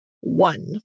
One